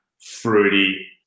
fruity